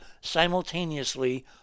simultaneously